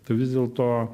tu vis dėlto